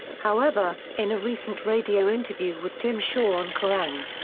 however, in a recent radio interview with tim shaw on kerrang!